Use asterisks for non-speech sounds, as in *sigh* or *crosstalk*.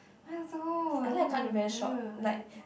mine also *noise* I hate it